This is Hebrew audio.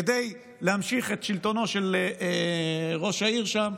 כדי להמשיך את שלטונו של ראש העיר שם,